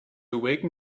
awaken